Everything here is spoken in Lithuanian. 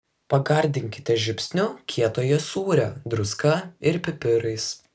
pagardinkite žiupsniu kietojo sūrio druska ir pipirais